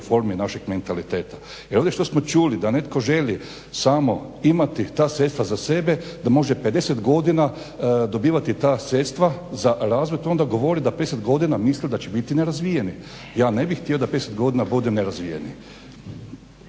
reformi našeg mentaliteta. Jer ovdje što smo čuli da netko želi samo imati ta sredstva za sebe, da može 50 godina dobivati ta sredstva za razvoj to onda govori da 50 godina misli da će biti nerazvijeni. Ja ne bih htio da 50 godina budemo nerazvijeni.